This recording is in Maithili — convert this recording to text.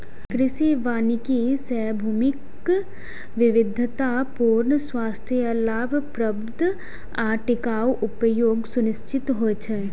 कृषि वानिकी सं भूमिक विविधतापूर्ण, स्वस्थ, लाभप्रद आ टिकाउ उपयोग सुनिश्चित होइ छै